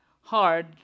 hard